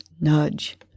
nudge